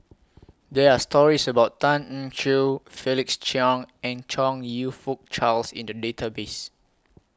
There Are stories about Tan Eng Joo Felix Cheong and Chong YOU Fook Charles in The Database